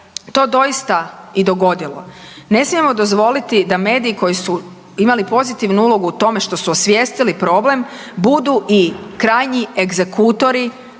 to doista i dogodilo ne smijemo dozvoliti da mediji koji su imali pozitivnu ulogu u tome što su osvijestili problem budu i krajnji egzekutori